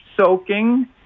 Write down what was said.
soaking